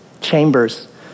chambers